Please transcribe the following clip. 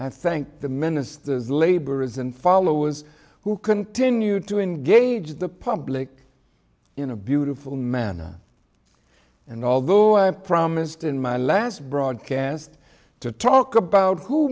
i thanked the ministers laborers and followers who continued to engage the public in a beautiful manner and although i promised in my last broadcast to talk about who